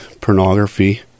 pornography